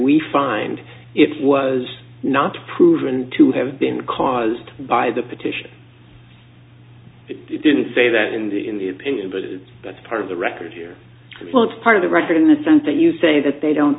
we find it was not proven to have been caused by the petition it didn't say that in the in the opinion but it's that's part of the record here well it's part of the record in the sense that you say that they don't